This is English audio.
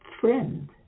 friend